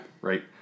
Right